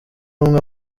umwe